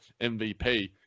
MVP